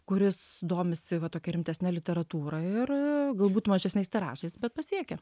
kuris domisi va tokia rimtesne literatūra ir a galbūt mažesniais tiražais bet pasiekia